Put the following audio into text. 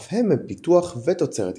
אף הם מפיתוח ותוצרת ישראל,